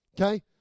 okay